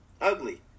Ugly